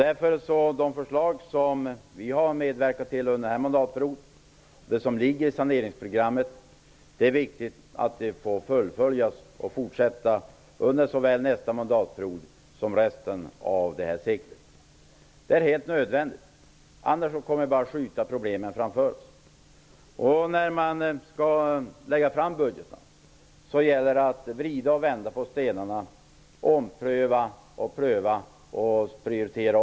Det är viktigt att de förslag som vi under den här mandatperioden har medverkat till och det som ligger i saneringsprogrammet får fullföljas och fortsätta att gälla såväl under nästa mandatperiod som under resten av det här seklet. Det är helt nödvändigt att så sker, för annars kommer vi bara att skjuta problemen framför oss. När budgetar skall läggas fram gäller det att vrida och vända på stenarna, att ompröva och pröva samt att omprioritera.